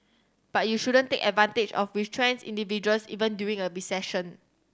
but you shouldn't take advantage of retrenched individuals even during a recession